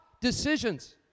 decisions